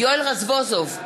יואל רזבוזוב,